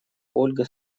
ольга